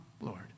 Lord